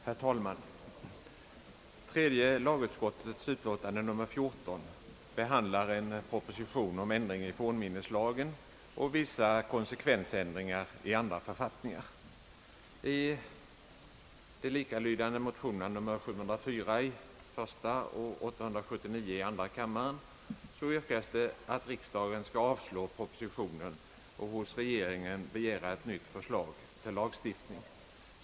Herr talman! Tredje lagutskottets utlåtande nr 14 behandlar en proposition angående ändring i fornminneslagen och vissa konsekvensändringar i andra författningar. I de likalydande motionerna nr 704 i första och 879 i andra kammaren yrkas att riksdagen skall avslå propositionen och hos regeringen begära ett nytt förslag till lagstiftning.